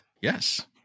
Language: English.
Yes